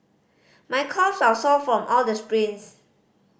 my calves are sore from all the sprints